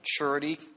maturity